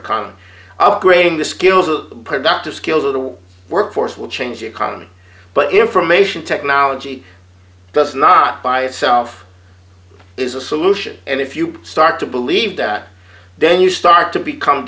economy upgrading the skills of the productive skills of the workforce will change the economy but information technology does not by itself is a solution and if you start to believe that then you start to become